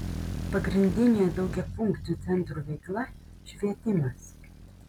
pagrindinė daugiafunkcių centrų veikla švietimas